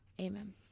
Amen